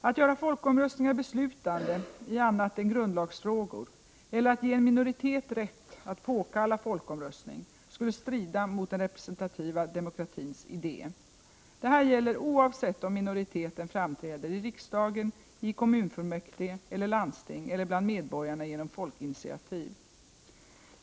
Att göra folkomröstningar beslutande i annat än grundlagsfrågor eller att ge en minoritet rätt att påkalla folkomröstning skulle strida mot den representativa demokratins idé. Detta gäller oavsett om minoriteten framträder i riksdagen, i kommunfullmäktige eller landsting eller bland medborgarna genom folkinitiativ.